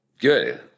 Good